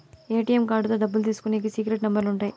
ATM కార్డుతో డబ్బులు తీసుకునికి సీక్రెట్ నెంబర్లు ఉంటాయి